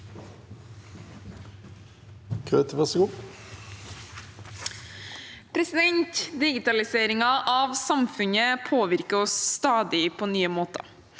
Digitaliseringen av samfunnet påvirker oss stadig på nye måter.